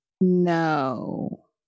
No